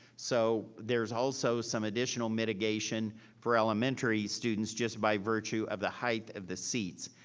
so there's also some additional mitigation for elementary students just by virtue of the height of the seats.